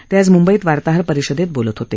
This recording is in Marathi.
ते आज मुंबईत वार्ताहर परिषदेत बोलत होते